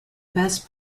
best